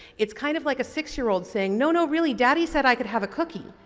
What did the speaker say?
it's kind of like a six year old saying no, no really daddy said i could have a cookie.